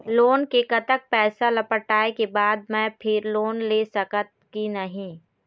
Loan के कतक पैसा ला पटाए के बाद मैं फिर लोन ले सकथन कि नहीं?